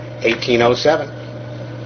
1807